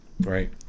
Right